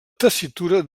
tessitura